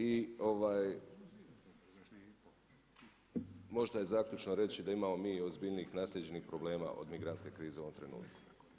I možda i zaključno reći da imamo mi ozbiljnijih naslijeđenih problema od migrantske krize u ovom trenutku.